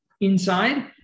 inside